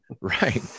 Right